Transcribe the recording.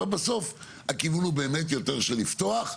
אבל בסוף, הכיוון הוא באמת יותר של לפתוח.